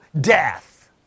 death